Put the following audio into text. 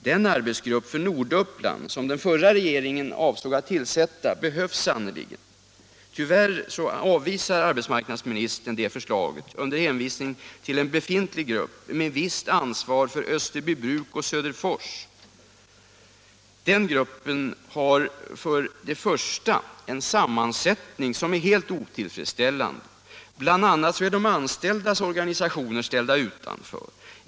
Den arbetsgrupp för Norduppland som den förra regeringen avsåg att tillsätta behövs sannerligen. Tyvärr avvisar arbetsmarknadsministern detta förslag under hänvisning till en befintlig grupp med visst ansvar för Österbybruk och Söderfors. Den gruppen har för det första en sammansättning som är helt otillfredsställande. Bl. a. är de anställdas organisationer ställda utanför.